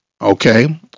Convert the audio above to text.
Okay